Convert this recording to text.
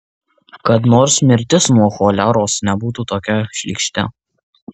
kad nors mirtis nuo choleros nebūtų tokia šlykšti